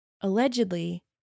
Allegedly